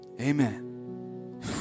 Amen